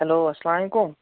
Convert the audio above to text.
hello اسلام علیکُم